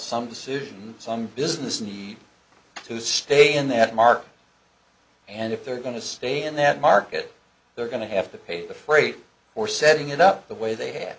some decision some business needs to stay in that market and if they're going to stay in that market they're going to have to pay the freight for setting it up the way they ha